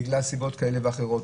בגלל סיבות כאלה או אחרות.